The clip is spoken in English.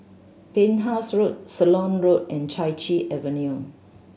Penhas Road Ceylon Road and Chai Chee Avenue